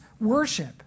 worship